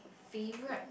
favourite